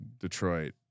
Detroit